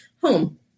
home